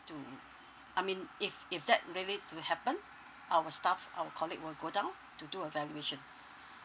to I mean if if that really to happen our staff our colleague will go down to do a valuation